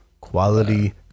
quality